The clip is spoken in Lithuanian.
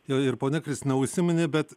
jau ir ponia kristina užsiminė bet